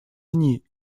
они